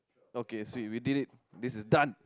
okay so we did it this is done